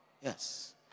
Yes